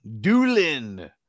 Doolin